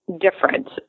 different